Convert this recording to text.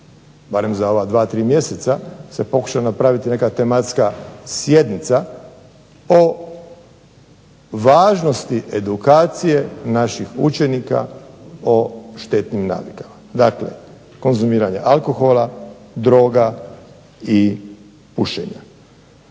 barem da za ova 2, 3 mjeseca se pokuša napraviti neka tematska sjednica o važnosti edukacije naših učenika o štetnim navikama. Dakle, konzumiranje alkohola, droga i pušenja.